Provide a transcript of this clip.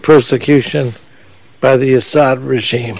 persecution by the assad regime